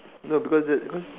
no because that because